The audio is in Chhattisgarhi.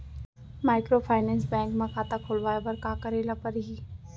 माइक्रोफाइनेंस बैंक म खाता खोलवाय बर का करे ल परही?